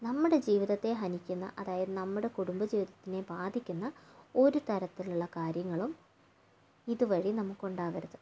നമ്മുടെ ജീവിതത്തെ ഹനിക്കുന്ന അതായത് നമ്മുടെ കുടുംബജീവിതത്തിനെ ബാധിക്കുന്ന ഒരു തരത്തിലുള്ള കാര്യങ്ങളും ഇതുവഴി നമുക്കുണ്ടാകരുത്